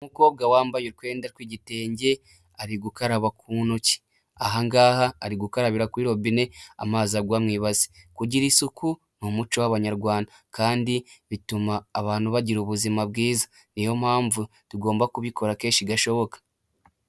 Umukobwa wambaye utwenda tw'igitenge ari gukaraba ku ntoki. Ahangaha ari gukarabira kuri robine amazi agwa mu ibase. Kugira isuku ni umuco w'abanyarwanda kandi bituma abantu bagira ubuzima bwiza, niyo mpamvu tugomba kubikora kenshi gashoboka.